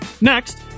Next